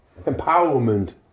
empowerment